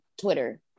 Twitter